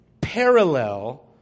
parallel